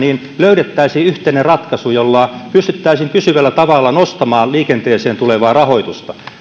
löydettäisiin yhteinen ratkaisu jolla pystyttäisiin pysyvällä tavalla nostamaan liikenteeseen tulevaa rahoitusta